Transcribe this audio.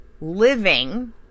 living